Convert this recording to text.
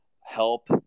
help